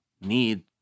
need